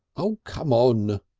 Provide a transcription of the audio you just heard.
oh! carm on!